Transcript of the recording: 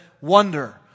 wonder